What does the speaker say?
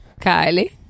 Kylie